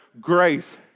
Grace